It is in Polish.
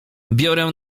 biorę